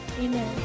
amen